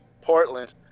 Portland